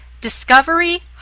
discovery